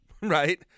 right